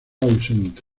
ausente